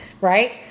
Right